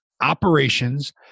operations